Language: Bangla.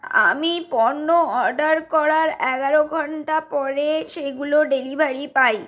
আমি পণ্য অর্ডার করার এগারো ঘন্টা পরে সেইগুলো ডেলিভারি পাই